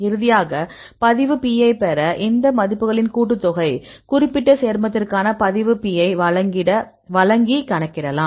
இறுதியாக பதிவு P ஐப் பெற இந்த மதிப்புகளின் கூட்டுத்தொகை குறிப்பிட்ட சேர்மத்திற்கான பதிவு P ஐ வழங்கி கணக்கிடலாம்